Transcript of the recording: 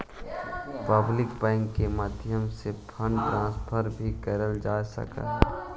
public banking के माध्यम से फंड ट्रांसफर भी कैल जा सकऽ हइ